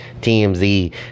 TMZ